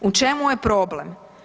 U čemu je problem?